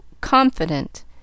confident